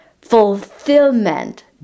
fulfillment